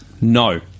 No